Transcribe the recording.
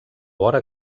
vora